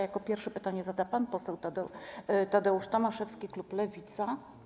Jako pierwszy pytanie zada pan poseł Tadeusz Tomaszewski, klub Lewica.